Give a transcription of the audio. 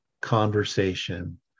conversation